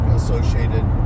associated